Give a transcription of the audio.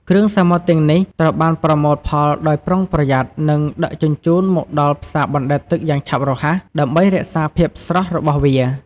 គ្រឿងសមុទ្រទាំងនេះត្រូវបានប្រមូលផលដោយប្រុងប្រយ័ត្ន និងដឹកជញ្ជូនមកដល់ផ្សារបណ្តែតទឹកយ៉ាងឆាប់រហ័ស ដើម្បីរក្សាភាពស្រស់របស់វា។